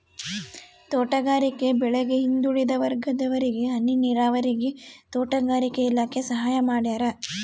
ತೋಟಗಾರಿಕೆ ಬೆಳೆಗೆ ಹಿಂದುಳಿದ ವರ್ಗದವರಿಗೆ ಹನಿ ನೀರಾವರಿಗೆ ತೋಟಗಾರಿಕೆ ಇಲಾಖೆ ಸಹಾಯ ಮಾಡ್ಯಾರ